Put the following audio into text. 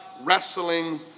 wrestling